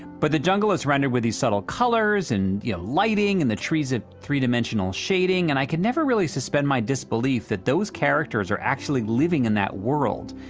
but the jungle is rendered with these subtle colors and you know lighting and the trees a three-dimensional shading and i can never really suspend my disbelief that those characters are actually living in that world,